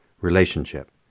relationship